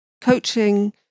coaching